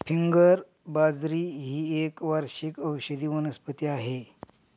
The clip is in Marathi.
फिंगर बाजरी ही एक वार्षिक औषधी वनस्पती आहे